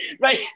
Right